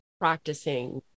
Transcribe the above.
practicing